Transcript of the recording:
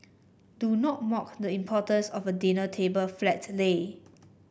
do not mock the importance of a dinner table flat lay